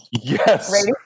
Yes